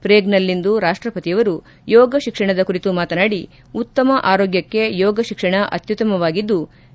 ಪ್ರೇನ್ನಲ್ಲಿಂದು ರಾಷ್ಷಪತಿಯವರು ಯೋಗ ಶಿಕ್ಷಣದ ಕುರಿತು ಮಾತನಾಡಿ ಉತ್ತಮ ಆರೋಗ್ಯಕ್ಷೆ ಯೋಗ ಶಿಕ್ಷಣ ಅತ್ನುತ್ತಮವಾಗಿದ್ಲು